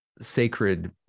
sacred